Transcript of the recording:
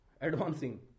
advancing